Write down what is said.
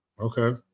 Okay